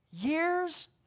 years